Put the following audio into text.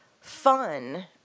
fun